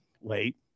late